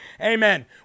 Amen